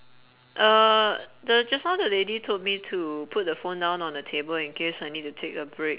uh the just now the lady told me to put the phone down on the table in case I need to take a break